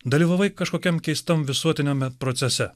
dalyvavai kažkokiam keistam visuotiniame procese